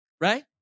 Right